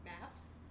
maps